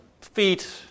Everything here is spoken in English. feet